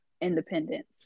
independence